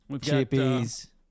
Chippies